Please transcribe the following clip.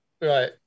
Right